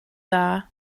dda